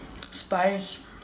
Spice